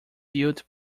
built